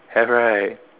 have right